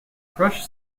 crushed